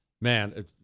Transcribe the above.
Man